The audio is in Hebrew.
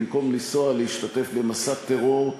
במקום לנסוע להשתתף במסע טרור,